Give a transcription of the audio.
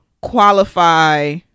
qualify